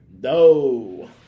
No